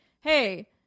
hey